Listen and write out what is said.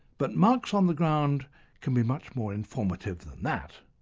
but marks on the ground can be much more informative than that.